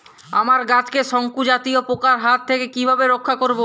আমার গাছকে শঙ্কু জাতীয় পোকার হাত থেকে কিভাবে রক্ষা করব?